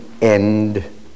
end